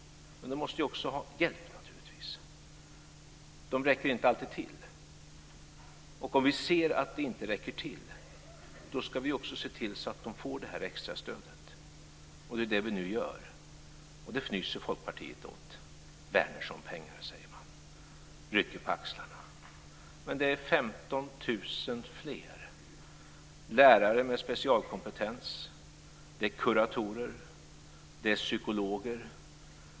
Men de måste naturligtvis också ha hjälp. De räcker inte alltid till. Om vi ser att de inte räcker till ska vi också se till att de får det här extra stödet. Det är det som vi nu gör, och det fnyser Folkpartiet åt. Wärnerssonpengar, säger man, och rycker på axlarna. Men det är 15 000 fler. Det är lärare med specialkompetens. Det är kuratorer. Det är psykologer.